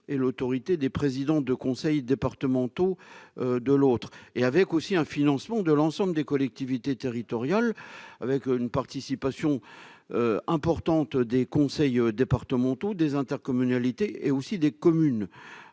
et les présidents de conseils départementaux, de l'autre. Leur financement est tributaire de l'ensemble des collectivités territoriales, avec une participation importante des conseils départementaux, des intercommunalités et des communes,